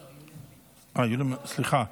סליחה,